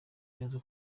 neza